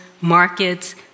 markets